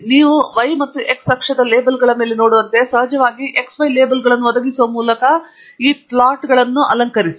ನೀವು y ಮತ್ತು x ಅಕ್ಷದ ಲೇಬಲ್ಗಳ ಮೇಲೆ ನೋಡುವಂತೆ ನೀವು ಸಹ ಸಹಜವಾಗಿ xy ಲೇಬಲ್ಗಳನ್ನು ಒದಗಿಸುವ ಮೂಲಕ ಈ ಪ್ಲಾಟ್ಗಳನ್ನು ಅಲಂಕರಿಸಿ